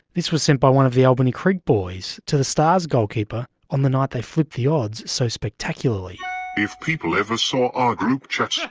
this was sent by one of the albany creek boys to the stars goalkeeper on the night they flipped the odds so spectacularly voice-over if people ever saw our group chats yeah